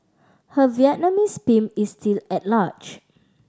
her Vietnamese pimp is still at large